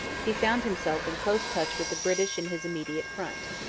he found himself in close touch with the british in his immediate front.